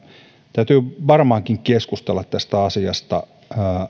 täytyy varmaankin keskustella tästä asiasta